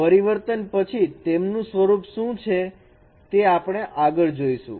પરિવર્તન પછી તેમનું સ્વરૂપ શું છે તે આપણે આગળ જોઈશુ